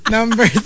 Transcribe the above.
Number